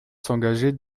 s’engager